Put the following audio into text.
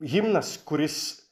himnas kuris